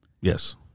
Yes